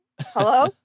Hello